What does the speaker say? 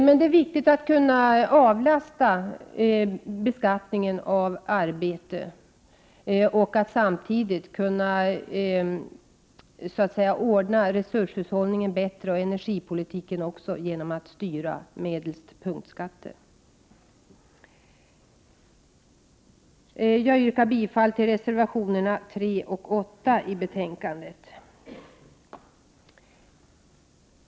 Men det är viktigt att kunna reducera beskattningen av arbete och att samtidigt kunna ordna resurshushållningen och energipolitiken bättre genom styrning medelst punktskatter. Jag yrkar bifall till reservationerna 3 och 8 i betänkandet.